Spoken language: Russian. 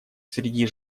среди